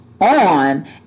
on